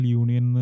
union